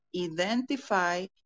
Identify